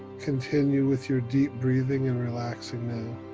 continue with your deep breathing and relaxing now.